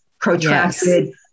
protracted